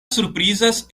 surprizas